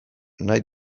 nahi